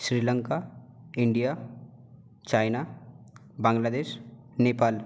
Sri Lanka India China Bangladesh Nepal